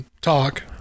talk